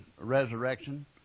resurrection